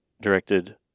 directed